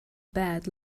bed